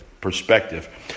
perspective